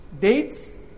dates